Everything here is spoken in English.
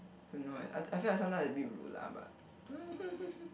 don't know eh I I feel that sometimes I a bit rude lah but mm